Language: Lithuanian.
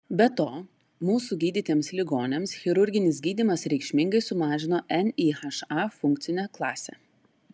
be to mūsų gydytiems ligoniams chirurginis gydymas reikšmingai sumažino nyha funkcinę klasę